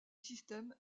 système